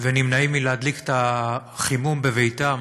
ונמנעים מלהדליק את החימום בביתם,